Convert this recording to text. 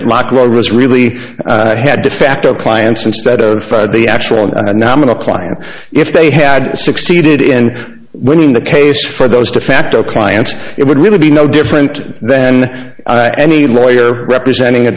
road was really had defacto clients instead of the actual and nominal client if they had succeeded in winning the case for those de facto clients it would really be no different then any lawyer representing